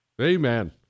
Amen